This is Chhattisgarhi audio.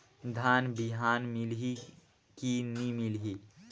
धान बिहान मिलही की नी मिलही?